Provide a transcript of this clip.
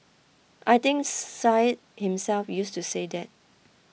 I think Syed himself used to say that